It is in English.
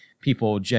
people